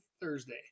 Thursday